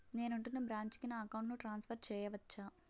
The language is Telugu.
నేను ఉంటున్న బ్రాంచికి నా అకౌంట్ ను ట్రాన్సఫర్ చేయవచ్చా?